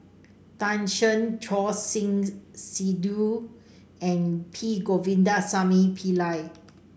Tan Shen Choor Singh Sidhu and P Govindasamy Pillai